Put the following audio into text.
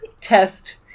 test